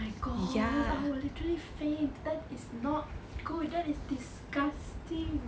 oh my god I will literally faint that is not good that is disgusting